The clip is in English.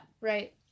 Right